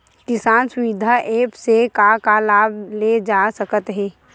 किसान सुविधा एप्प से का का लाभ ले जा सकत हे?